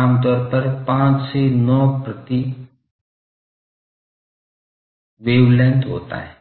आमतौर पर 5 से 9 प्रति वेवलेंथ होता है